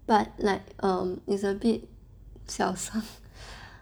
but like um it's a bit 小声